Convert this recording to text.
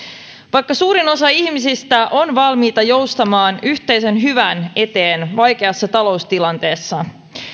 vaikka suurin osa ihmisistä on valmiita joustamaan yhteisen hyvän eteen vaikeassa taloustilanteessa